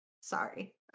sorry